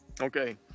Okay